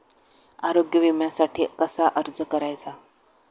आरोग्य विम्यासाठी कसा अर्ज करायचा?